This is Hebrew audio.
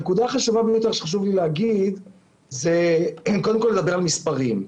הנקודה החשובה ביותר שחשוב לי להגיד זה קודם כל לדבר על מספרים.